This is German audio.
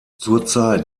zurzeit